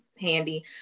handy